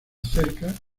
cerca